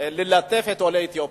ללטף את עולי אתיופיה.